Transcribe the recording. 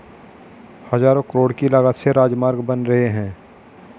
हज़ारों करोड़ की लागत से राजमार्ग बन रहे हैं